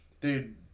Dude